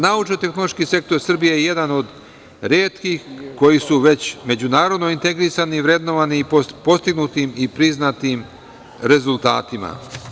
Naučno-tehnološki sektor Srbije je jedan od retkih koji su već međunarodno integrisani i vrednovani postignutim i priznatim rezultatima.